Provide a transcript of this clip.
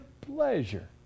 pleasure